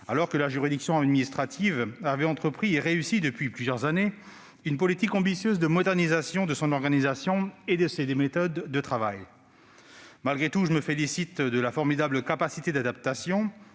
alors que la juridiction administrative avait entrepris et réussi, depuis plusieurs années, une politique ambitieuse de modernisation de son organisation et de ses méthodes de travail. Malgré tout, je me félicite de la formidable capacité d'adaptation